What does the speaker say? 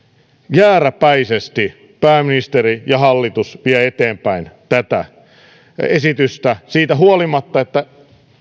jääräpäisesti pääministeri ja hallitus vie eteenpäin tätä esitystä siitä huolimatta että